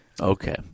Okay